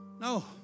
No